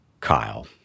Kyle